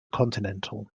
continental